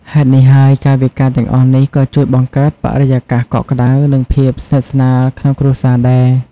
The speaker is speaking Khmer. ហេតុនេះហើយ កាយវិការទាំងអស់នេះក៏ជួយបង្កើតបរិយាកាសកក់ក្ដៅ និងភាពស្និទ្ធស្នាលក្នុងគ្រួសារដែរ។